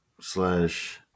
slash